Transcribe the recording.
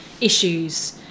issues